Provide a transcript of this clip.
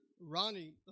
Ronnie